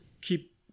keep